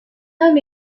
homme